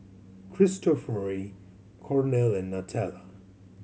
Cristofori Cornell and Nutella